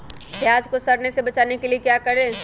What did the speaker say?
प्याज को सड़ने से बचाने के लिए क्या करें?